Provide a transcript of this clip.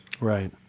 Right